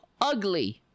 ugly